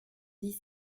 dix